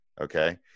Okay